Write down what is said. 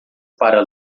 para